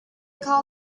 called